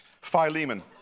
Philemon